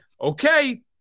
okay